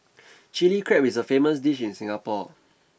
chilli crab is a famous dish in Singapore